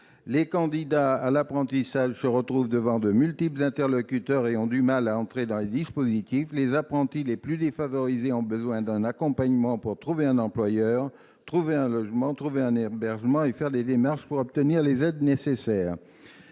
Les candidats à l'apprentissage se retrouvent devant de multiples interlocuteurs et ont du mal à entrer dans les dispositifs. Les apprentis les plus défavorisés ont besoin d'un accompagnement pour trouver un employeur, trouver un hébergement et faire les démarches afin d'obtenir les aides nécessaires.